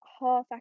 half